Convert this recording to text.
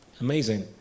amazing